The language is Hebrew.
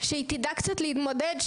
שהיא תדע קצת להתמודד,